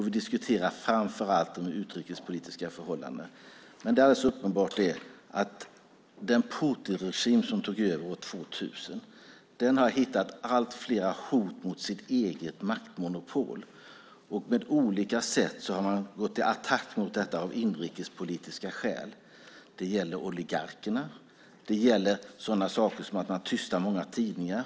Vi diskuterar framför allt de utrikespolitiska förhållandena, men det är alldeles uppenbart att den Putinregim som tog över år 2000 har hittat allt fler hot mot sitt eget maktmonopol. På olika sätt har man gått till attack mot detta av inrikespolitiska skäl. Det gäller oligarkerna. Det gäller sådana saker som att man tystar många tidningar.